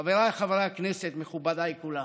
חבריי חברי הכנסת, מכובדיי כולם,